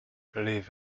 live